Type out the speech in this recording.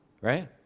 right